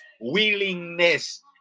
willingness